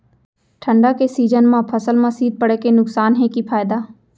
ठंडा के सीजन मा फसल मा शीत पड़े के नुकसान हे कि फायदा?